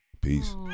Peace